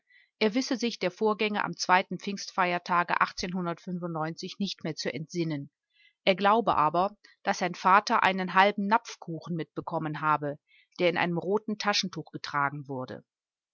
er wisse sich der vorgänge am pfingsttage nicht mehr zu entsinnen er glaube aber daß sein vater einen halben napfkuchen mitbekommen habe der in einem roten taschentuch getragen wurde